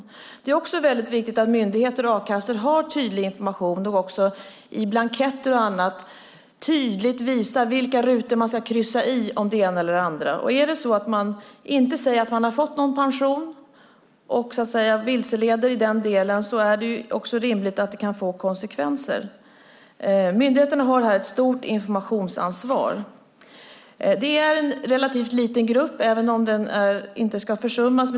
Vidare är det viktigt att myndigheter och a-kassor ger tydlig information, att de i blanketter och annat tydligt visar vilka rutor man ska kryssa i beträffande det ena och det andra. Om man inte säger att man fått pension, och så att säga vilseleder i den delen, är det rimligt att det kan få konsekvenser. Myndigheterna har här ett stort informationsansvar. Det är en relativt liten grupp, även om den inte ska försummas.